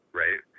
right